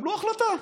קבלו החלטה.